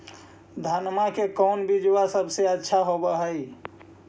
धनमा के कौन बिजबा सबसे अच्छा होव है?